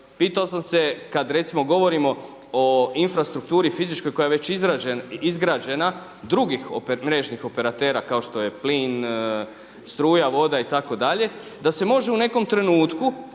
pitao sam se, kada recimo govorimo o infrastrukturi fizičkoj koja je već izgrađena drugi mrežnih operatera kao što je plin, struja, voda itd., da se može u nekom trenutku